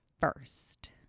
first